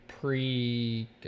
pre